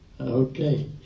Okay